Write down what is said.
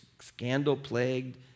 scandal-plagued